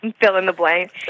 fill-in-the-blank